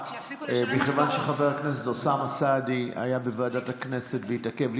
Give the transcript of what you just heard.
מכיוון שחבר הכנסת אוסאמה סעדי היה בוועדת הכנסת והתעכב,